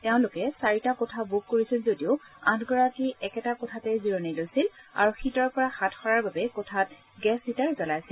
তেওঁলোকে চাৰিটা কোঠা বুক কৰিছিল যদিও আঠগৰাকী একেটা কোঠাত জিৰণি লৈছিল আৰু শীতৰ পৰা হাত সৰাৰ বাবে কোঠাত গেছ হিটাৰ জলাইছিল